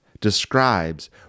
describes